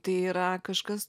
tai yra kažkas